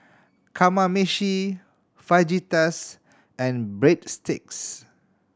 Kamameshi Fajitas and Breadsticks